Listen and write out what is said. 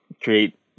create